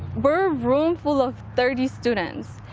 we're room full of thirty students.